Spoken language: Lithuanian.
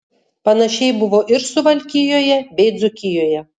panašiai buvo ir suvalkijoje bei dzūkijoje